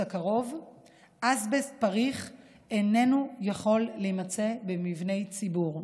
הקרוב אסבסט פריך לא יוכל להימצא במבני ציבור.